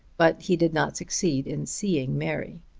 but he did not succeed in seeing mary.